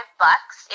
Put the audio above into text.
bucks